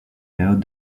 périodes